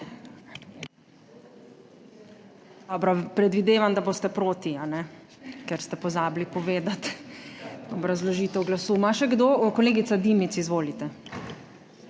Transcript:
Predvidevam, da boste proti, a ne? Ker ste pozabili povedati obrazložitev glasu. Ima še kdo? Kolegica Dimic, izvolite.